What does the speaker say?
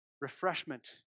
refreshment